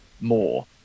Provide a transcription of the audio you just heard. more